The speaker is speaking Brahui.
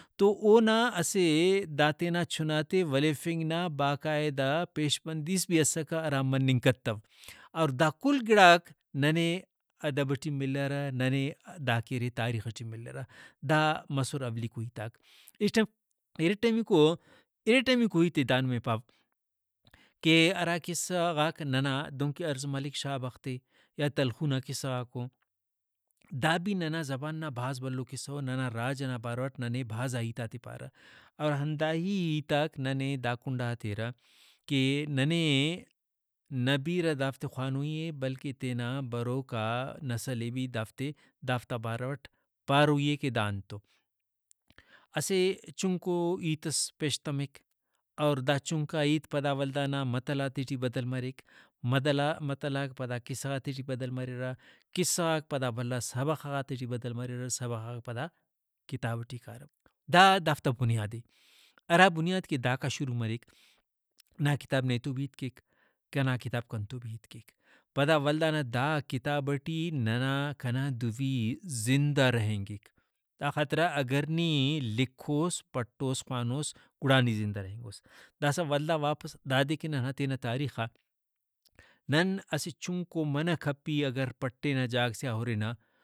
تو اونا اسہ دا تینا چُھنا تے ولیفنگ نا باقاعدہ پیش بندییس بھی اسکہ ہرا مننگ کتو اور دا کل گڑاک ننے ادب ٹی ملرہ ننے داکہ ارے تاریخ ٹی ملرہ۔ دا مسر اولیکو ہیتاک(voice)ارٹمیکو ارٹمیکو ہیتے دا نمے پاوکہ ہراقصہ غاک ننا دہنکہ عرض ملک شاہ بخت اے یا تلخو نا قصہ غاکو دا بھی ننا زبان نا بھاز بھلو قصہ ننا راج ئنا باروٹ ننے بھازا ہیتاتے پارہ اور ہنداہی ہیتاک ننے دا کنڈا ہتیرہ کہ ننے نہ بیرہ دافتے خوانوئی اے بلکہ تینا بروکا نسل ئے بھی دافتے دافتا باروٹ پاروئی اے کہ دا انت او۔ اسہ چُھنکو ہیتس پیشتمک اور دا ہیت چُھنکا پدا ولدانا متلاتے ٹی بدل مریک۔ مدلامتلاک پدا قصہ غاتے ٹی بدل مریرہ قصہ غاک پدا بھلا سبخاتے ٹی بدل مریرہ سبخاک پدا کتاب ٹی کارہ۔ دا دافتا بنیادے ہرابنیاد کہ داکا شروع مریک نا کتاب نے تو بھی ہیت کیک کنا کتاب کنتو بھی ہیت کیک پدا ولدا نا دا کتاب ٹی ننا کنا دوی زندہ رہینگک دا خاطرا اگر نی لکھوس پٹوس خوانوس گڑا نی زندہ رہینگوس داسہ ولدا واپس دادے کہ نن ہتینہ تاریخا نن اسہ چُھنکو منہ کپی اگر پٹینہ جاگہ سے آ ہُرنہ